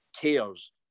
cares